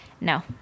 No